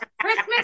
Christmas